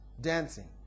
dancing